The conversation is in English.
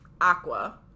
Aqua